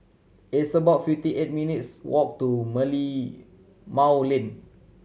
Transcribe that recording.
it's about fifty eight minutes' walk to Merlimau Lane